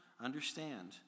understand